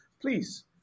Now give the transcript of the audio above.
please